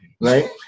right